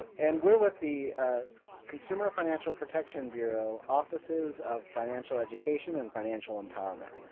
and we're with the consumer financial protection bureau offices of financial education and financial empowerment.